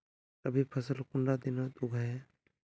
रवि फसल कुंडा दिनोत उगैहे?